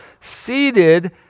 seated